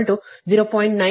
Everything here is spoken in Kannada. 986 ಕೋನ 0